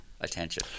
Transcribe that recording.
attention